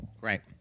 Right